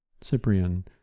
Cyprian